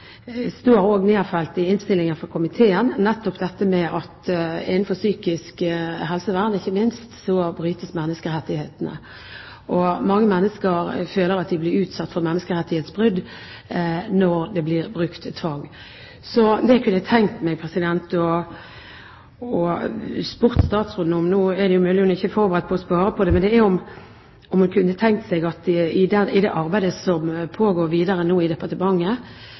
nedfelt i innstillingen fra komiteen, nettopp dette med at ikke minst innenfor psykisk helsevern brytes menneskerettighetene. Mange mennesker føler at de blir utsatt for menneskerettighetsbrudd når det blir brukt tvang. Det jeg kunne tenke meg å spørre statsråden om – nå er det jo mulig at hun ikke er forberedt på å svare på det – er om hun i det arbeidet som nå pågår videre i departementet, kunne tenke seg å se det som skjer innenfor psykisk helse, også i